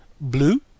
blue